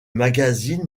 magazine